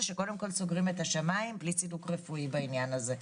שקודם כול סוגרים את השמים בלי צידוק רפואי בעניין הזה.